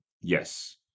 Yes